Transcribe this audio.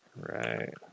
Right